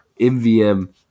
MVM